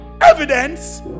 evidence